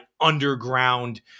underground